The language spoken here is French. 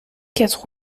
quatre